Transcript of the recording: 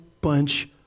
bunch